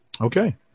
Okay